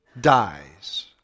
dies